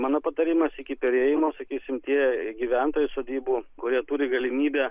mano patarimas iki perėjimo sakysim tie gyventojai sodybų kurie turi galimybę